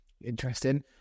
Interesting